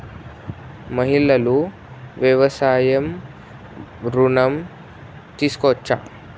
మహిళలు వ్యవసాయ ఋణం తీసుకోవచ్చా?